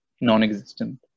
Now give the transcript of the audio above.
non-existent